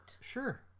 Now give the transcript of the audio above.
Sure